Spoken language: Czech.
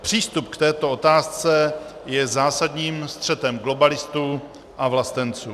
Přístup k této otázce je zásadním střetem globalistů a vlastenců.